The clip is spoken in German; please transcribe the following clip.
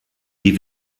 die